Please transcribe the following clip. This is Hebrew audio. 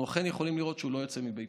אנחנו אכן יכולים לראות שהוא לא יוצא מביתו,